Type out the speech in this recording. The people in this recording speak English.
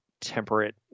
temperate